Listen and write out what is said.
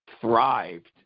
thrived